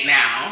now